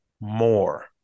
more